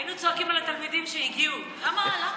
היינו צועקים על התלמידים שהגיעו: למה,